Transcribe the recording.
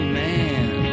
man